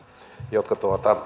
jotka